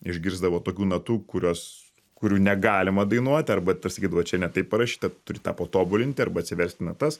išgirsdavo tokių natų kurios kurių negalima dainuoti arba dar sakydavo čia ne taip parašyta turi tą patobulinti arba atsiversti natas